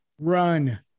Run